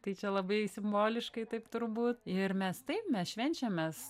tai čia labai simboliškai taip turbūt ir mes taip mes švenčiam mes